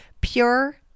Pure